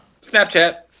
Snapchat